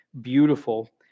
beautiful